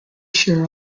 share